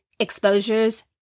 exposures